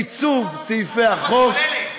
עיצוב סעיפי החוק.